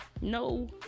No